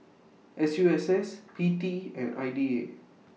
S U S S P T and I D A